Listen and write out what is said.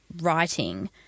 writing